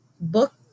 book